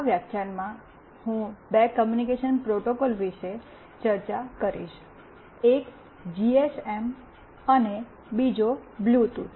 આ વ્યાખ્યાનમાં હું બે કૉમ્યુનિકેશન પ્રોટોકોલ વિશે ચર્ચા કરીશ એક જીએસએમ અને બીજો બ્લૂટૂથ